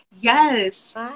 Yes